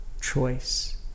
choice